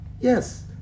Yes